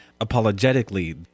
apologetically